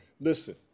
Listen